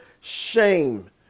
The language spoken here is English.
shame